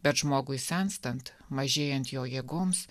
bet žmogui senstant mažėjant jo jėgoms